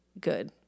good